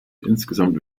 insgesamt